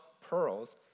pearls